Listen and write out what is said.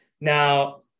Now